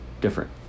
different